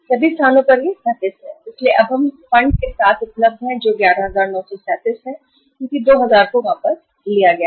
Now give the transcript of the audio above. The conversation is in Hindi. सभी स्थानों पर यह है 37 इसलिए अब हम फंड के साथ उपलब्ध हैं जो 11937 है क्योंकि 2000 को वापस ले लिया गया है